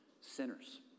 sinners